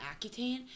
Accutane